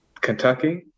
Kentucky